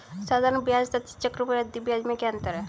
साधारण ब्याज तथा चक्रवर्धी ब्याज में क्या अंतर है?